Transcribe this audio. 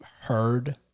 heard